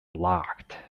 locked